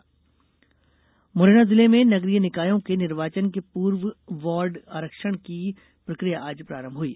नगरीय आरक्षण मुरैना जिले में नगरीय निकायों के निर्वाचन के पूर्व वार्ड आरक्षण की प्रकिया आज प्रारंभ हई